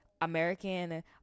American